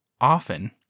often